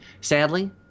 Sadly